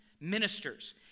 ministers